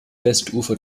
westufer